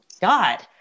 God